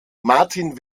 martin